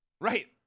right